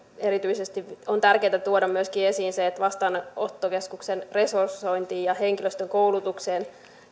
erityisesti tärkeätä tuoda esiin myöskin se että vastaanottokeskuksen resursointi ja henkilöstön koulutus